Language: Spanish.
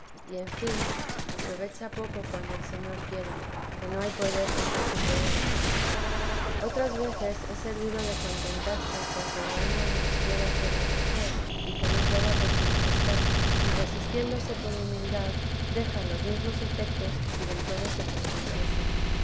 y en fin aprovecha poco cuando el señor quiere que no hay poder contra su poder otras veces es servido de contentarse con que veamos nos quiere hacer la merced y que no queda por su majestad y resistiéndose por humildad deja los mismos efectos que si del todo se consintiese los